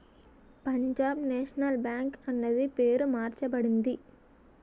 Punjab National Bank అన్నది పేరు మార్చబడింది